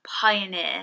pioneer